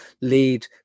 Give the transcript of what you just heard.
lead